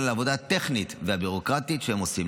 על העבודה הטכנית והביורוקרטית שהם עושים.